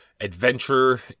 adventure